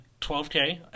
12k